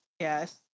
Yes